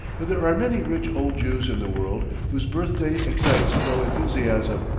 but there are many rich old jews in the world whose birthday excites no enthusiasm.